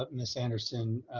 ah and ms. anderson,